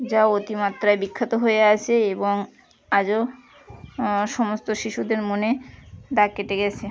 যা অতিমাত্রায় বিখ্যাত হয়ে আছে এবং আজও সমস্ত শিশুদের মনে দাগ কেটে গেছে